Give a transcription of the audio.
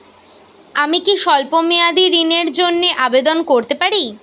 আমি কি স্বল্প মেয়াদি ঋণের জন্যে আবেদন করতে পারি?